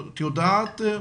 את יודעת?